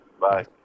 Bye